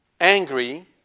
angry